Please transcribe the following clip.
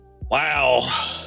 Wow